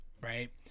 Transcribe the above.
right